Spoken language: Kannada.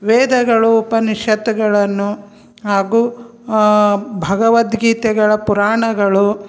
ವೇದಗಳು ಉಪನಿಷತ್ತುಗಳನ್ನು ಹಾಗೂ ಭಗವದ್ಗೀತೆಗಳ ಪುರಾಣಗಳು